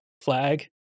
flag